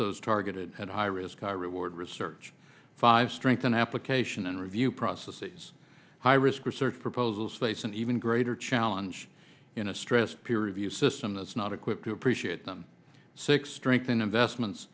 those targeted at high risk high reward research five strengthen application and review processes high risk research proposals face an even greater challenge in a stress peer review system that's not equipped to appreciate them six strengthen investments